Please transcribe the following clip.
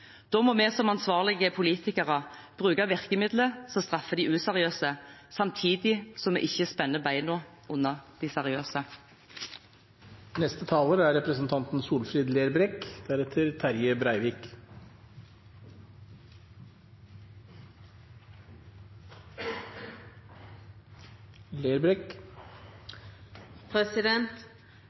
Da må vi som ansvarlige politikere bruke virkemidler som straffer de useriøse, samtidig som vi ikke spenner beina under de